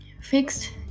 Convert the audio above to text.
fixed